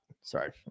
sorry